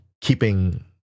keeping